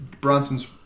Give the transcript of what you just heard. Bronson's